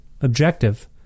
objective